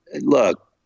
look